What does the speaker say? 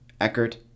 Eckert